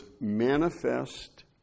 manifest